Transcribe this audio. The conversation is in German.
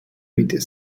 mit